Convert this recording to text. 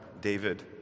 David